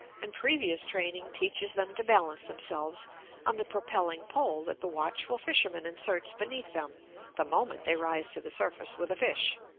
and previous training teaches them to balance themselves on the propelling pole that the watchful fisherman inserts beneath them the moment they rise to the surface with a fish